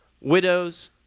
widows